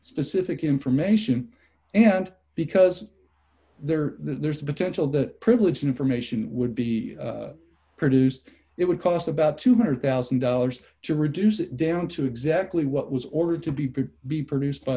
specific information and because there there's a potential that privileged information would be produced it would cost about two hundred thousand dollars to reduce it down to exactly what was ordered to be pig be produced by